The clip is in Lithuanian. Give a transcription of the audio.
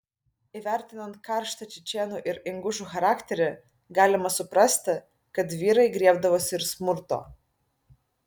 įvertinant karštą čečėnų ir ingušų charakterį galima suprasti kad vyrai griebdavosi ir smurto